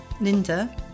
linda